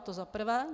To za prvé.